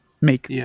make